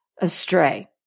astray